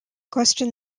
question